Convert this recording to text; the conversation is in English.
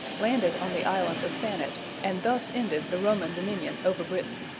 landed on the island of thanet, and thus ended the roman dominion over britain.